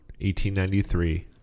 1893